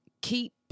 keep